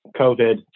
COVID